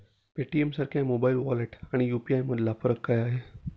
पेटीएमसारख्या mobile wallet आणि UPI यामधला फरक काय आहे?